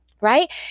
Right